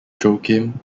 joachim